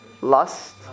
Lust